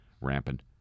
rampant